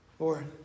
Lord